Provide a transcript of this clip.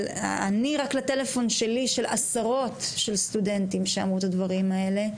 אני רק לטלפון שלי של עשרות של סטודנטים שאמרו את הדברים האלה.